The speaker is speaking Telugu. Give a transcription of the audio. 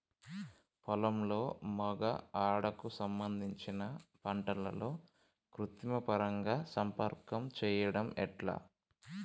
పొలంలో మగ ఆడ కు సంబంధించిన పంటలలో కృత్రిమ పరంగా సంపర్కం చెయ్యడం ఎట్ల?